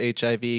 HIV